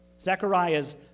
Zechariah's